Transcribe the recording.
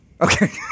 Okay